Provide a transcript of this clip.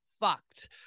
fucked